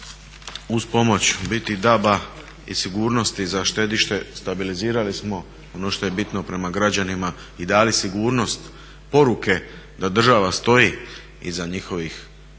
uz pomoć u biti DAB-a i sigurnosti za štediše stabilizirali smo ono što je bitno prema građanima i dali sigurnost poruke da država stoji iza njihovih